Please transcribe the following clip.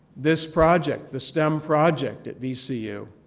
this project, the stem project at vcu.